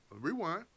Rewind